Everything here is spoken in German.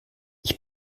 ich